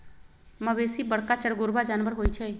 मवेशी बरका चरगोरबा जानबर होइ छइ